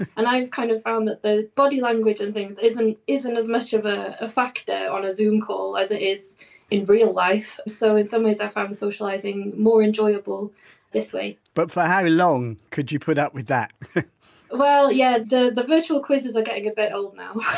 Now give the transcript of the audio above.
and i've kind of found that the body language and things isn't isn't as much of a a factor on a zoom call as it is in real life, so in some ways i found socialising more enjoyable this way but for how long could you put up with that? ellen williams well yeah, the the virtual quizzes are getting a bit old now!